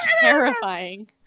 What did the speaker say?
terrifying